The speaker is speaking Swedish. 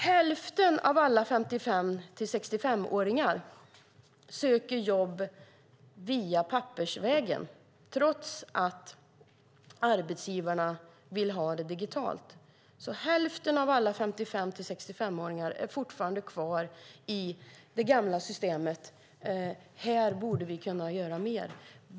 Hälften av alla 55-65-åringar söker jobb pappersvägen trots att arbetsgivarna vill ha ansökan digitalt. Hälften av alla 55-65-åringar är alltså fortfarande kvar i det gamla systemet. Här borde vi kunna göra mer.